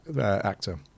actor